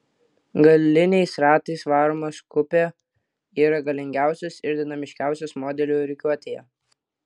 galiniais ratais varomas kupė yra galingiausias ir dinamiškiausias modelių rikiuotėje